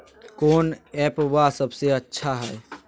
कौन एप्पबा सबसे अच्छा हय?